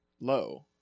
low